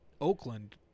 Oakland